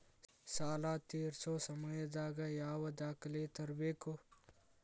ಸಾಲಾ ತೇರ್ಸೋ ಸಮಯದಾಗ ಯಾವ ದಾಖಲೆ ತರ್ಬೇಕು?